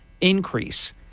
increase